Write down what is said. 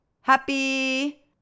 Happy